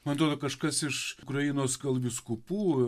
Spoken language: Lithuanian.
man atrodo kažkas iš ukrainos gal vyskupų